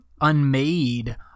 unmade